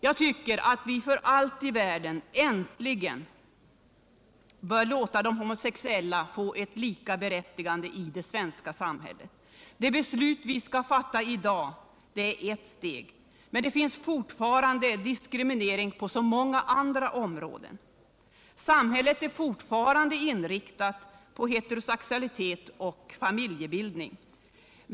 Jag tycker att vi för allt i världen äntligen skall låta de homosexuella få ett likaberättigande i det svenska samhället. Det beslut som vi skall fatta i dag är ett steg. Det finns fortfarande diskriminering på många andra områden. Samhället är fortfarande inriktat på heterosexualitet och familjebildning.